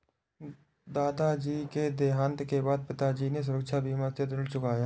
दादाजी के देहांत के बाद पिताजी ने सुरक्षा बीमा से ऋण चुकाया